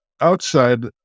Outside